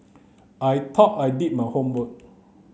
I thought I did my homework